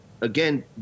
again